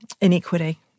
inequity